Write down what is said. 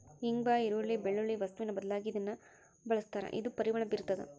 ಇಂಗ್ವಾ ಈರುಳ್ಳಿ, ಬೆಳ್ಳುಳ್ಳಿ ವಸ್ತುವಿನ ಬದಲಾಗಿ ಇದನ್ನ ಬಳಸ್ತಾರ ಇದು ಪರಿಮಳ ಬೀರ್ತಾದ